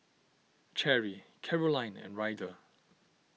Cherry Carolyne and Ryder